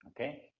okay